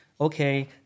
okay